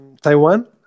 Taiwan